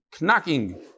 knocking